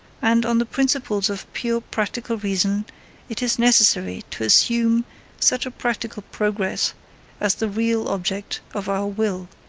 and on the principles of pure practical reason it is necessary to assume such a practical progress as the real object of our will.